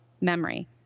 memory